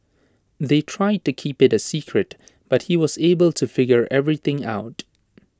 they tried to keep IT A secret but he was able to figure everything out